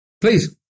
Please